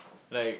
like